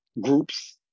groups